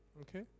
Okay